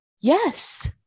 yes